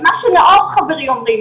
למה שנאור חברי אומר,